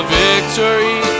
victory